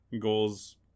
goals